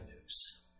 news